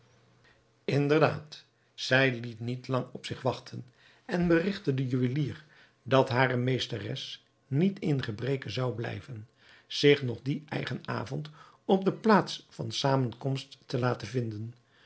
inderdaad zij liet niet lang op zich wachten en berigtte den juwelier dat hare meesteres niet in gebreke zou blijven zich nog dien eigen avond op de plaats van zamenkomst te laten vinden